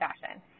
fashion